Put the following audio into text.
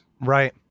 Right